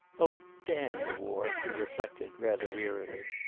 oh, damn the war, he reflected rather wearily.